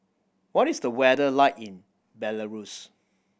what is the weather like in Belarus